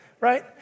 right